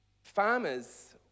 Farmers